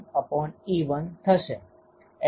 F12 શુ છે